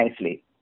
nicely